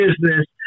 business